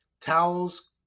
towels